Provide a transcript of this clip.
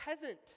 peasant